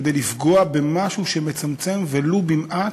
כדי לפגוע במשהו שמצמצם, ולו במעט,